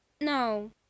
no